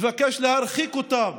מבקש להרחיק אותם